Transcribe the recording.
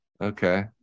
Okay